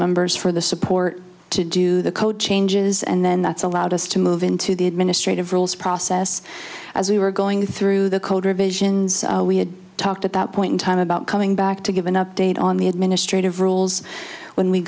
members for the support to do the code changes and then that's allowed us to move into the administrative rules process as we were going through the cold revisions we had talked at that point in time about coming back to give an update on the administrative rules when we